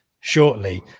shortly